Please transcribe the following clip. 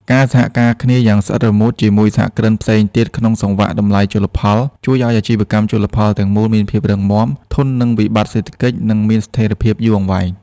ការសហការគ្នាយ៉ាងស្អិតរមួតជាមួយសហគ្រិនផ្សេងទៀតក្នុងសង្វាក់តម្លៃជលផល ជួយឱ្យអាជីវកម្មជលផលទាំងមូលមានភាពរឹងមាំ ធន់នឹងវិបត្តិសេដ្ឋកិច្ច និងមានស្ថិរភាពយូរអង្វែង។